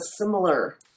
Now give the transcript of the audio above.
similar